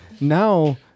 now